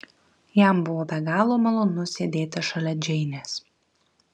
jam buvo be galo malonu sėdėti šalia džeinės